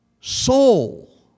soul